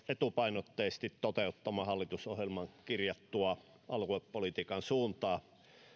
etupainotteisesti toteuttamaan hallitusohjelmaan kirjattua aluepolitiikan suuntaa